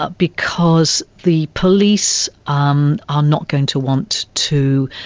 ah because the police um are not going to want to